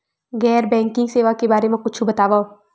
गैर बैंकिंग सेवा के बारे म कुछु बतावव?